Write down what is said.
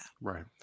right